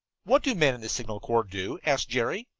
what do men in the signal corps do? asked jerry.